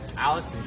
Alex